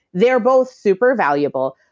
they're both super valuable,